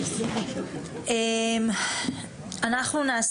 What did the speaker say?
אנחנו נשמע